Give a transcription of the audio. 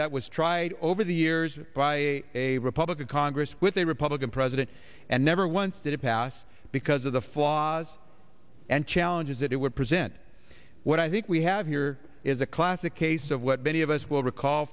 that was tried over the years by a republican congress with a republican president and never once did it pass because of the flaws and challenges that it would present what i think we have here is a classic case of what many of us will recall